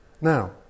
Now